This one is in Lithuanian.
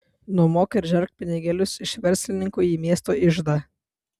nuomok ir žerk pinigėlius iš verslininkų į miesto iždą